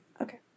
Okay